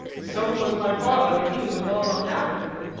so was my father, but he was a well-known actor.